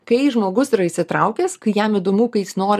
kai žmogus yra įsitraukęs kai jam įdomu kai jis nori